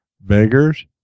beggars